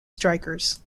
strikers